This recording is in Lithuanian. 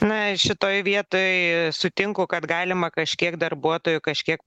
na šitoj vietoj sutinku kad galima kažkiek darbuotojų kažkiek